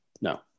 No